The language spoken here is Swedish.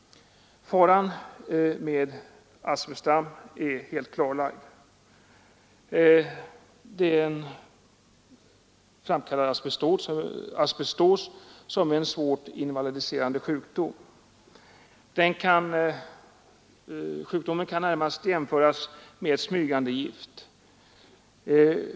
Faran med asbestdamm är helt klarlagd. Det framkallar asbestos, som är en svårt invalidiserande sjukdom. Sjukdomen kan närmast jämföras med ett smygande gift.